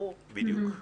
בדיוק.